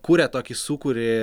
kuria tokį sūkurį